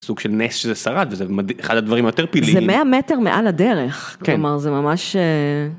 סוג של נס שזה שרד וזה אחד הדברים הטרפיליים, זה 100 מטר מעל הדרך, כלומר זה ממש.